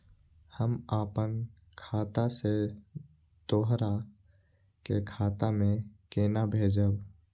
हम आपन खाता से दोहरा के खाता में केना भेजब?